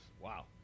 Wow